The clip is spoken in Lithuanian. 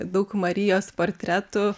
daug marijos portretų